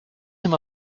him